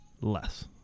less